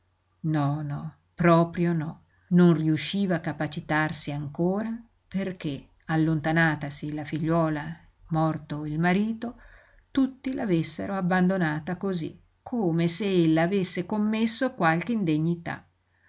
no no proprio no non riusciva a capacitarsi ancora perché allontanatasi la figliuola morto il marito tutti l'avessero abbandonata cosí come se ella avesse commesso qualche indegnità